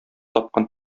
тапкан